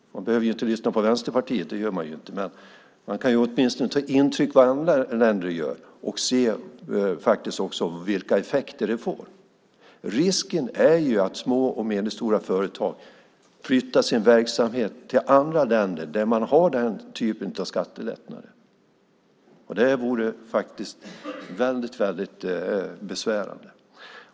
Man behöver ju inte lyssna på Vänsterpartiet - det gör man inte - men man kan åtminstone ta intryck av vad andra länder gör och se vilka effekter det får. Risken är att små och medelstora företag flyttar sin verksamhet till andra länder där man har den typen av skattelättnader. Det vore väldigt besvärande.